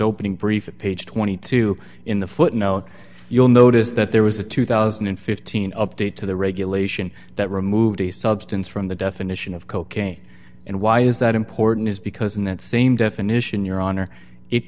opening brief page twenty two in the footnote you'll notice that there was a two thousand and fifteen update to the regulation that removed the substance from the definition of cocaine and why is that important is because in that same definition your honor it